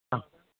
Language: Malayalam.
ആ